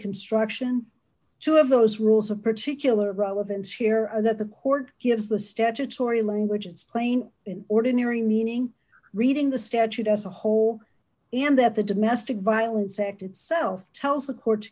construction two of those rules of particular relevance here are that the court has the statutory language it's plain in ordinary meaning reading the statute as a whole and that the domestic violence act itself tells the court